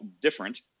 different